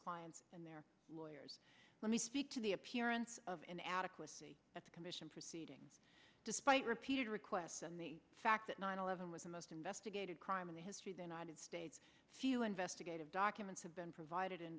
clients and their lawyers let me speak to the appearance of an adequacy at the commission proceeding despite repeated requests and the fact that nine eleven was the most investigated crime in the history the united states few investigative documents have been provided